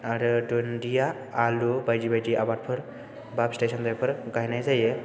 आरो दुन्दिया आलु बायदि बायदि आबादफोर एबा फिथाइ सामथाइफोर गायनाय जायो